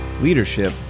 leadership